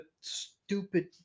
stupid